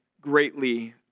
greatly